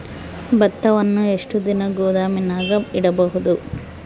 ಭತ್ತವನ್ನು ಎಷ್ಟು ದಿನ ಗೋದಾಮಿನಾಗ ಇಡಬಹುದು?